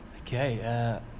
Okay